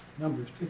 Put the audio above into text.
Numbers